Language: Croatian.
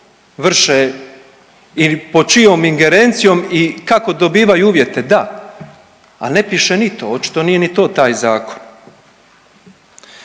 vrše ili pod čijom ingerencijom i kako dobivaju uvjete? Da, ali ne piše ni to, očito nije ni to taj zakon.